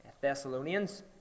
Thessalonians